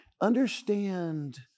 understand